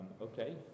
okay